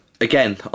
again